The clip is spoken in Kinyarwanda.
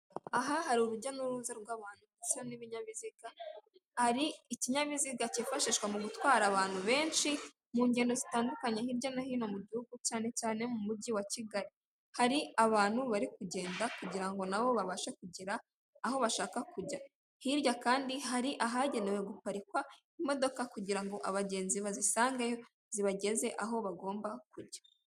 Aha hari urujya n'uruza rw'abantu ndetse n'ibinyabiziga, hari ikinyabiziga cyifashishwa mu gutwara abantu benshi, mu ngendo zitandukanye hirya no hino mu gihugu cyane cyane mu mujyi wa Kigali. Hari abantu bari kugenda kugira ngo na bo babashe kugera aho bashaka kujya. Hirya kandi hari ahagenewe guparikwa imodoka kugira ngo abagenzi bazisangeyo, zibageze aho bagomba kujya.